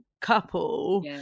couple